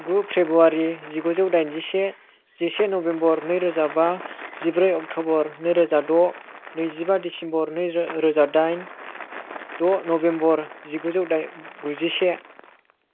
गु फ्रेबुवारी जिगुजौ दाइनजिसे जिसे नभेम्बर नै रोजा बा जिब्रै अक्टबर नै रोजा द' नैजिबा डिसिम्बर नै रोजा डाइन द' नभेम्बर जिगुजौ डाइन गुजिसे